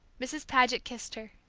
mrs. paget kissed her.